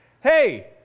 hey